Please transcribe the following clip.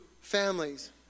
families